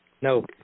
No